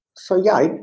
so yeah,